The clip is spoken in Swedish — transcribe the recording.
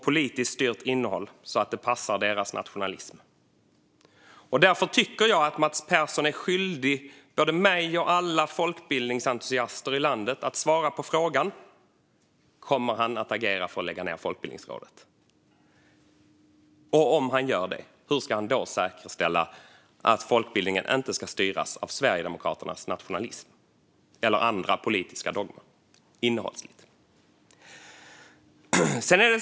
Politiskt styrt innehåll så att det passar deras nationalism. Därför tycker jag att Mats Persson är skyldig mig och alla andra folkbildningsentusiaster i landet att svara på dessa frågor: Kommer han att agera för att lägga ned Folkbildningsrådet? Om han gör det, hur ska han då säkerställa att folkbildningen innehållsmässigt inte kommer att styras av Sverigedemokraternas nationalism eller andra politiska dogmer?